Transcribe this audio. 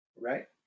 Right